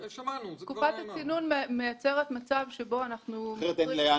תקופת הצינון מייצרת מצב שבו -- אחרת אין איפה